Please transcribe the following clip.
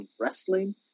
wrestling